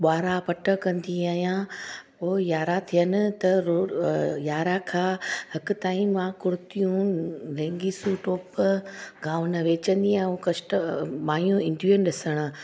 बुआरा पट कंदी आहियां पोइ यारहां थियनि त रो यारहां खां हिक ताईं मां कुर्तियूं लेगिंसूं टोप गाउन वेचंदी आहियां उहो कस्ट माइयूं ईंदियूं आहिनि ॾिसणु